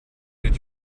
did